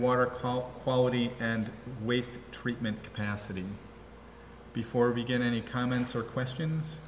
water call quality and waste treatment capacity before we begin any comments or questions